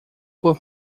por